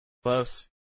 Close